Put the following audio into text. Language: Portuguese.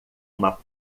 uma